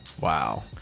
Wow